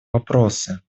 вопросы